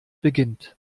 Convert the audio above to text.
beginnt